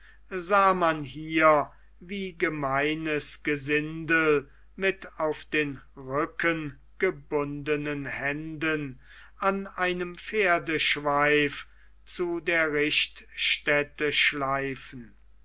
sah man hier wie gemeines gesindel mit auf den rücken gebundenen händen an einem pferdeschweif zu der richtstätte schleifen